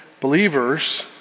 believers